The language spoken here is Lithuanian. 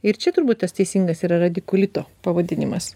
ir čia turbūt tas teisingas yra radikulito pavadinimas